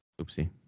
Oopsie